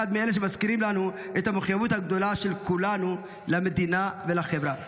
אחד מאלה שמזכירים לנו את המחויבות הגדולה של כולנו למדינה ולחברה.